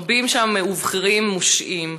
רבים שם, ובכירים, מושעים.